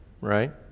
right